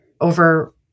over